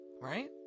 right